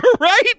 Right